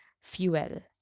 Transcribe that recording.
fuel